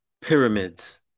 Pyramids